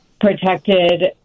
protected